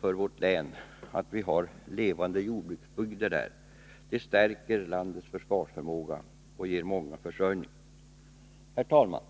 för vårt län att vi har levande jordbruksbygder där; det stärker landets försvarsförmåga och ger försörjning åt många. Herr talman!